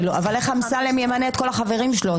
אבל איך אמסלם ימנה את כל החברים שלו?